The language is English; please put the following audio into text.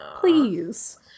please